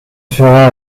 fera